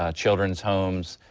ah children's homes,